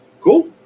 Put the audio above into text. cool